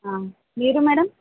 మీరు మేడం